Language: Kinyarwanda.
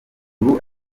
ubu